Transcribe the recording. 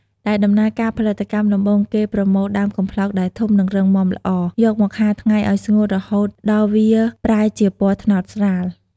ដែលដំណើរការផលិតកម្ម ដំបូងគេប្រមូលដើមកំប្លោកដែលធំ និងរឹងមាំល្អ យកមកហាលថ្ងៃឲ្យស្ងួតរហូតដល់វាប្រែជាពណ៌ត្នោតស្រាល។